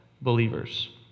believers